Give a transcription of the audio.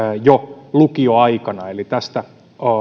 jo lukioaikana eli tästä